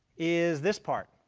is this part.